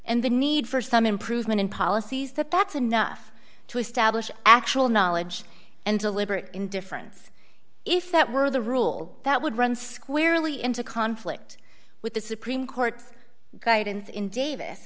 and the need for some improvement in policies that that's enough to establish actual knowledge and deliberate indifference if that were the rule that would run squarely into conflict with the supreme court's guidance in davis